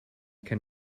can